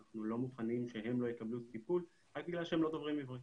אנחנו לא מוכנים שהם לא יקבלו את הטיפול רק בגלל שהם לא דוברי עברית.